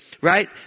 Right